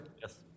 Yes